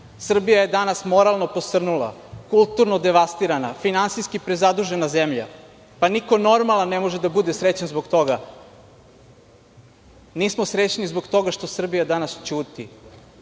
Srbija je danas moralno posrnula, kulturno devastirana, finansijski prezadužena zemlja. Niko normalan ne može da bude srećan zbog toga. Nismo srećni zbog toga što Srbija danas ćuti,